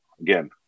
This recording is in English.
again